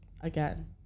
again